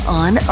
on